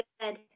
good